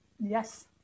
Yes